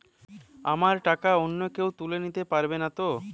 আমার টাকা অন্য কেউ তুলে নিতে পারবে নাতো?